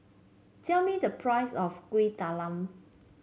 tell me the price of Kuih Talam